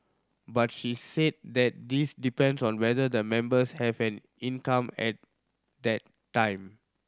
but she said that this depends on whether the members have an income at that time